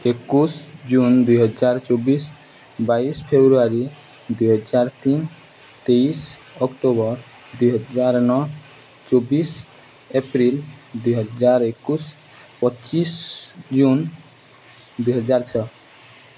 ଏକୋଇଶ ଜୁନ ଦୁଇହଜାର ଚବିଶ ବାଇଶ ଫେବୃଆରୀ ଦୁଇହଜାର ତିନି ତେଇଶ ଅକ୍ଟୋବର ଦୁଇହଜାର ନଅ ଚବିଶ ଏପ୍ରିଲ ଦୁଇହଜାର ଏକୋଇଶ ପଚିଶ ଜୁନ ଦୁଇହଜାର ଛଅ